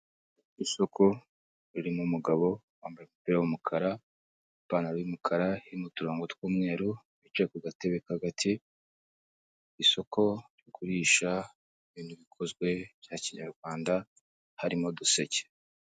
Isoko ririmo umugabo wambaye umupira w'umukara, ipantaro y'umukara irimo uturongogo tw'umweru, bicaye ku gatebe ka gati, isoko rigurisha ibintu bikozwe bya Kinyarwanda harimo uduseke.